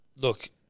look